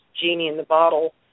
genie-in-the-bottle